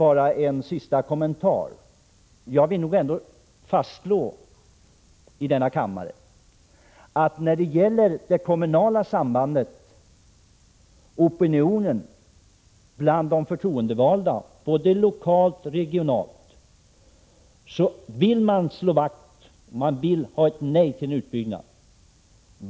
Som en sista kommentar vill jag fastslå att när det gäller det kommunala sambandet och opinionen bland de förtroendevalda, både lokalt och regionalt, vill man slå vakt om älvarna och man vill ha ett nej till utbyggnad.